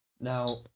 Now